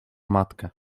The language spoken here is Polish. matkę